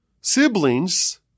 siblings